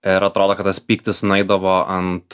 ir atrodo kad tas pyktis nueidavo ant